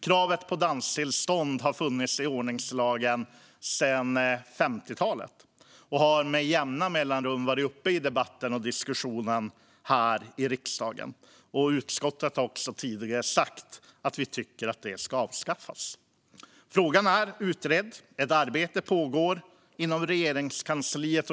Krav på danstillstånd har funnits i ordningslagen sedan 1950-talet och har med jämna mellanrum varit uppe i debatten och diskussionen här i riksdagen. Utskottet har också tidigare sagt att man vill att det ska avskaffas. Frågan är utredd, och ett arbete pågår inom Regeringskansliet.